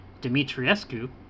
Dimitriescu